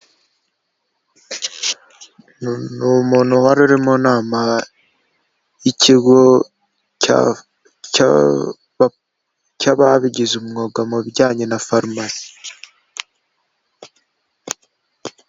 Ni umuntu wari uri mu nama y'ikigo cy'ababigize umwuga mu bijyanye na farumasi.